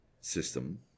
system